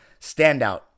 standout